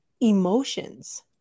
emotions